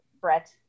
Brett